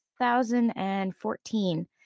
2014